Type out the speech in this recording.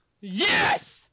Yes